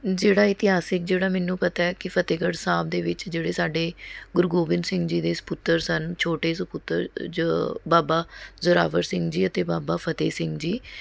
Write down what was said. ਜਿਹੜਾ ਇਤਿਹਾਸਕ ਜਿਹੜਾ ਮੈਨੂੰ ਪਤਾ ਹੈ ਕਿ ਫਤਹਿਗੜ੍ਹ ਸਾਹਿਬ ਦੇ ਵਿੱਚ ਜਿਹੜੇ ਸਾਡੇ ਗੁਰੂ ਗੋਬਿੰਦ ਸਿੰਘ ਜੀ ਦੇ ਸਪੁੱਤਰ ਸਨ ਛੋਟੇ ਸਪੁੱਤਰ ਜੋ ਬਾਬਾ ਜ਼ੋਰਾਵਰ ਸਿੰਘ ਜੀ ਅਤੇ ਬਾਬਾ ਫਤਹਿ ਸਿੰਘ ਜੀ